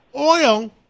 oil